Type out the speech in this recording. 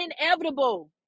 inevitable